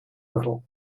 little